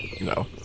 No